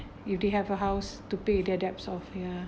if they have a house to pay their debts off ya